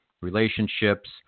relationships